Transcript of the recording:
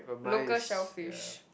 local shellfish